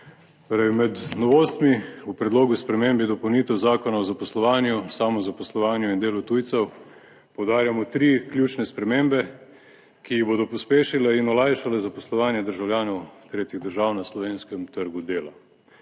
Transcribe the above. med novostmi v predlogu sprememb in dopolnitev Zakona o zaposlovanju, samozaposlovanju in delu tujcev poudarjamo tri ključne spremembe, ki jih bodo pospešile in olajšale zaposlovanje državljanov tretjih držav na slovenskem trgu dela.